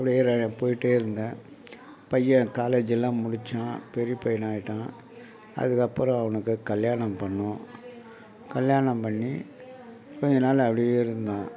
அப்படியே போய்கிட்டே இருந்தேன் பையன் காலேஜெல்லாம் முடித்தான் பெரிய பையனாகிட்டான் அதுக்கப்புறம் அவனுக்கு கல்யாணம் பண்ணிணோம் கல்யாணம் பண்ணி கொஞ்சநாள் அப்படியே இருந்தான்